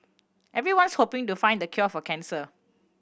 everyone's hoping to find the cure for cancer